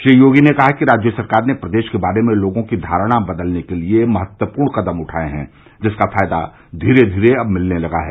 श्री योगी ने कहा कि राज्य सरकार ने प्रदेश के बारे में लोगों की धारणा बदलने के लिए महत्वपूर्ण कदम उठाये हैं जिसका फायदा धीरे धीरे अब मिलने लगा है